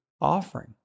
offering